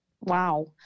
Wow